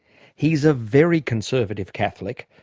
he's a very conservative catholic,